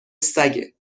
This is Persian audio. سگه